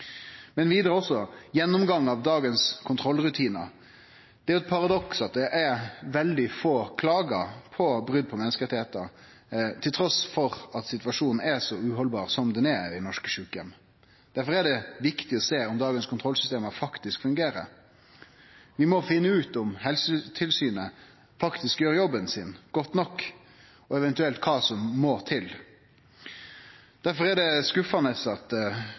vidare òg om gjennomgang av dagens kontrollrutinar. Det er jo eit paradoks at det er veldig få klagar på brot på menneskerettar trass i at situasjonen er så uhaldbar som han er i norske sjukeheimar. Difor er det viktig å sjå om dagens kontrollsystem faktisk fungerer. Vi må finne ut om Helsetilsynet faktisk gjer jobben sin godt nok, og eventuelt kva som må til. Difor er det skuffande at